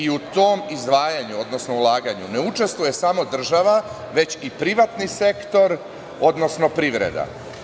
U tom izdvajanju, odnosno ulaganju ne učestvuje samo država već i privatni sektor, odnosno privreda.